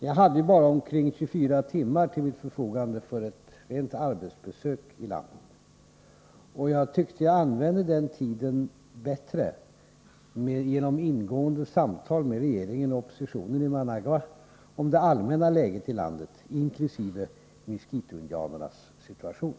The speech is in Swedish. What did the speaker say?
Jag hade bara omkring 24 timmar till mitt förfogande för ett rent arbetsbesök i landet. Jag tyckte att jag använde den tiden bättre genom att i Managua föra ingående samtal med regeringen och oppositionen om det allmänna läget i Nicaragua, inkl. miskitoindianernas situation.